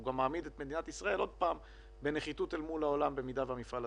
שהוא גם מעמיד את מדינת ישראל בנחיתות אל מול העולם במידה והוא ייסגר.